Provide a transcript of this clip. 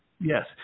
Yes